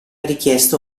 richiesto